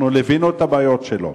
ליווינו את הבעיות שלו,